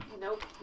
Nope